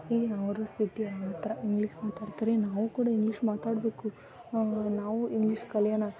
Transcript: ಏಯ್ ಅವರು ಸಿಟಿ ಆ ಥರ ಇಂಗ್ಲೀಷ್ ಮಾತಾಡ್ತಾರೆ ನಾವೂ ಕೂಡ ಇಂಗ್ಲೀಷ್ ಮಾತಾಡಬೇಕು ನಾವೂ ಇಂಗ್ಲೀಷ್ ಕಲಿಯೋಣ